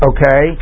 Okay